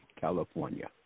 California